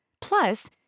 Plus